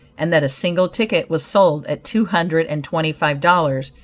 and that a single ticket was sold at two hundred and twenty-five dollars,